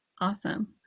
Awesome